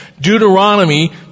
Deuteronomy